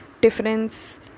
difference